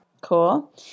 Cool